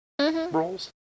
roles